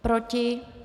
Proti?